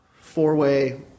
four-way